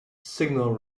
signal